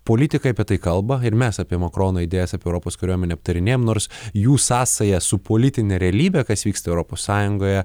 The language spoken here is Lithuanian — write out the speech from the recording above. politikai apie tai kalba ir mes apie makrono idėjas apie europos kariuomenę aptarinėjam nors jų sąsaja su politine realybe kas vyksta europos sąjungoje